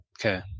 Okay